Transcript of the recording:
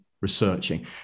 researching